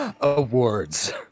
Awards